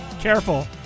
Careful